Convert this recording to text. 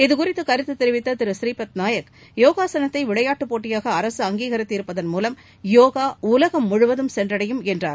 இது குறித்துக் கருத்துத் தெரிவித்த திரு புறீபத் நாயக் யோகாசனத்தை விளையாட்டு போட்டியாக அரசு அங்கீகரித்து இருப்பதன் மூலம் யோகா உலகம் முழுவதும் சென்றடையும் என்றார்